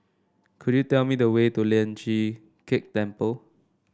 could you tell me the way to Lian Chee Kek Temple